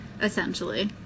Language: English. essentially